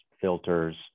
filters